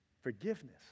forgiveness